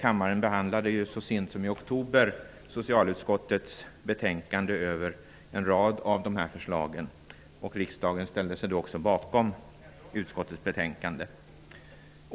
Kammaren behandlade så sent som i oktober socialutskottets betänkande över en rad av dessa förslag. Riksdagen ställde sig då bakom utskottets hemställan.